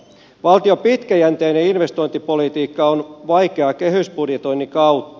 valtion pitkäjänteinen investointipolitiikka on vaikeaa kehysbudjetoinnin kautta